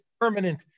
permanent